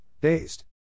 dazed